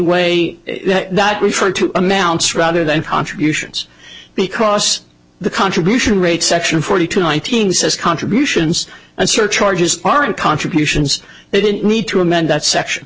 way that referred to amounts rather than contributions because the contribution rate section forty two nineteen says contributions and surcharges aren't contributions they didn't need to amend that section